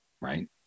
right